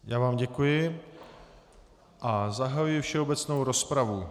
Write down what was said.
Já vám děkuji a zahajuji všeobecnou rozpravu.